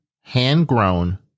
hand-grown